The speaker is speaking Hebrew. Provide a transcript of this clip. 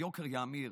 ויוקר יאמיר".